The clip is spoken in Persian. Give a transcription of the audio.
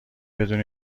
بدون